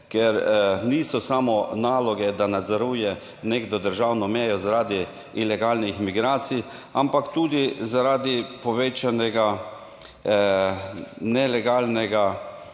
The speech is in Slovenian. ker niso samo naloge, da nadzoruje nekdo državno mejo, zaradi ilegalnih migracij, ampak tudi, zaradi povečanega nelegalnega